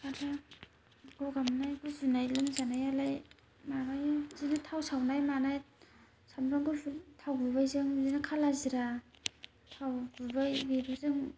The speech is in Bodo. आरो गगा मोननाय गुजुनाय लोमजानायालाय माबायो बिदिनो थाव सावनाय मानाय सामब्राम गुफुर थावगुबै जों बिदिनो काला जिरा थाव गुबै बेफोरजों